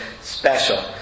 special